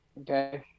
okay